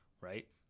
right